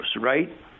right